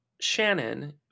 Shannon